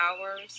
hours